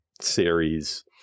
series